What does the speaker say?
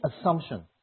assumption